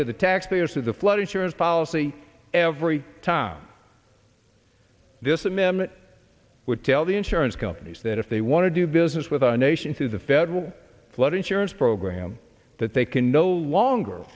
to the taxpayers of the flood insurance policy every time this amendment would tell the insurance companies that if they want to do business with our nation through the federal flood insurance program that they can no longer